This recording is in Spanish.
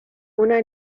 una